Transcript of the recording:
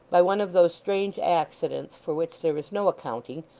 by one of those strange accidents for which there is no accounting,